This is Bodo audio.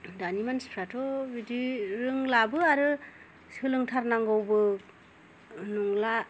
दानि मानसिफ्राथ' बिदि रोंलाबो आरो सोलोंथारनांगौबो नंला